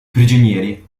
prigionieri